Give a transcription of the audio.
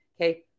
Okay